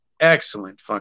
excellent